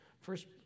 first